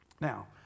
Now